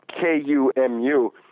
K-U-M-U